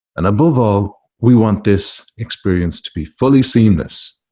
and above all, we want this experience to be fully seamless.